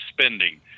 spending